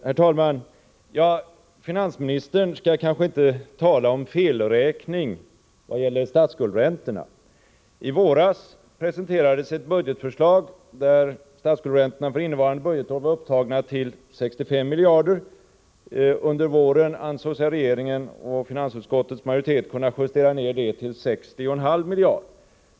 Herr talman! Finansministern skall kanske inte tala om felräkning vad gäller statsskuldräntorna. I våras presenterades ett budgetförslag där statsskuldräntorna för innevarande budgetår var upptagna till 65 miljarder. Under våren ansåg sig regeringen och finansutskottets majoritet kunna justera ned siffran till 60,5 miljarder.